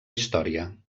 història